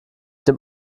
dem